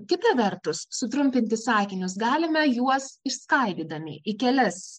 kita vertus sutrumpinti sakinius galime juos išskaidydami į kelias